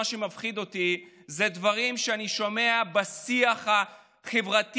מה שמפחיד אותי אלה הדברים שאני שומע בשיח החברתי,